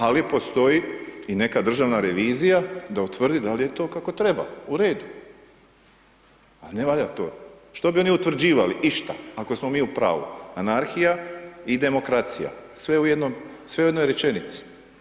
Ali postoji i neka državna revizija da utvrdi da li je to kako treba u redu, a ne valja to, što bi oni utvrđivali išta, ako smo mi u pravu, anarhija i demokracija, sve u jednoj rečenici.